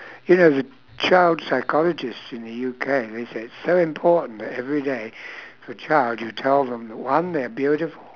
you know as a child psychologist in the U_K they say it's so important that every day a child you tell them one they're beautiful